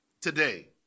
today